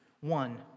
One